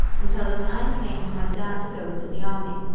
until the time came for my dad to go into the army.